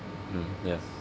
mm ya